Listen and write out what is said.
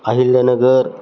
Ahilyanagar